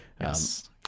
Yes